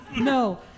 No